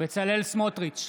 בצלאל סמוטריץ'